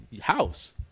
house